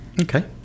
Okay